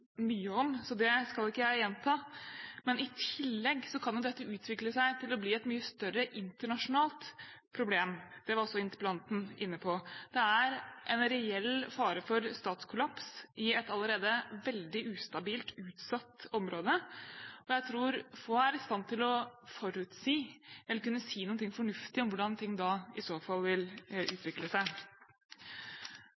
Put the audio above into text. mye om, så det skal ikke jeg gjenta. Men i tillegg kan dette utvikle seg til å bli et mye større internasjonalt problem – det var også interpellanten inne på. Det er en reell fare for statskollaps i et allerede veldig ustabilt, utsatt område. Jeg tror få er i stand til å forutsi – eller si noe fornuftig om – hvordan det i så fall vil